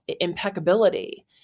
impeccability